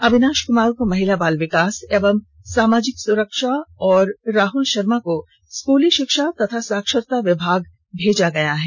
अविनाष कुमार को महिला बाल विकास एवं सामाजिक सुरक्षा तथा राहुल षर्मो को स्कूली षिक्षा एवं साक्षरता विभाग भेजा गया है